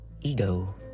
ego